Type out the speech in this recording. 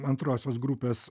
antrosios grupės